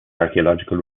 archaeological